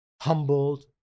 humbled